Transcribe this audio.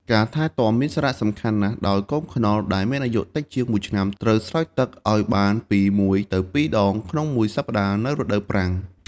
ការថែទាំមានសារៈសំខាន់ណាស់ ដោយកូនខ្នុរដែលមានអាយុតិចជាងមួយឆ្នាំ ត្រូវស្រោចទឹកឲ្យបានពី ១ ទៅ ២ ដងក្នុងមួយសប្តាហ៍នៅរដូវប្រាំង។